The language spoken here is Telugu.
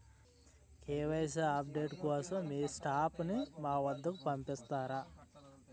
కే.వై.సీ అప్ డేట్ కోసం మీ స్టాఫ్ ని మా వద్దకు పంపిస్తారా?